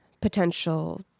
potential